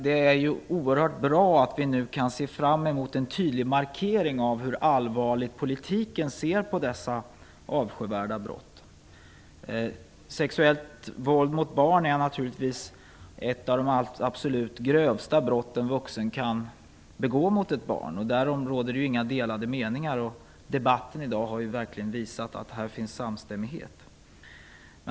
Det är oerhört bra att vi nu kan se fram emot en tydlig markering av politikens syn på dessa avskyvärda brott. Sexuellt våld mot barn är naturligtvis ett av de absolut grövsta brott som en vuxen kan begå mot ett barn. Därom råder det inga delade meningar. Debatten i dag har verkligen visat att det här råder samstämmighet.